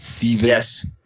Yes